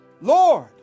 Lord